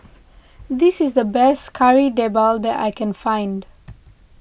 this is the best Kari Debal that I can find